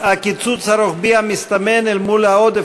הקיצוץ הרוחבי המסתמן אל מול העודף